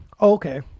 Okay